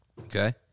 okay